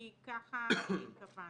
כי ככה קבענו.